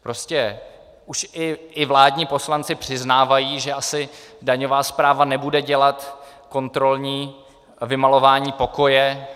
Prostě už i vládní poslanci přiznávají, že asi daňová správa nebude dělat kontrolní vymalování pokoje.